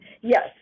Yes